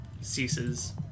ceases